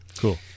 Cool